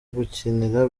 gukinira